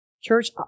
Church